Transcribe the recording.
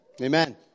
Amen